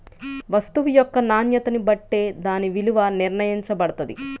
వస్తువు యొక్క నాణ్యతని బట్టే దాని విలువ నిర్ణయించబడతది